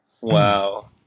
Wow